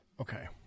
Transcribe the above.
Okay